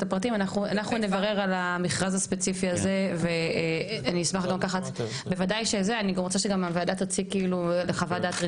לפני שנשמע את הרשות אני רוצה לשמוע את סיגל גולדין,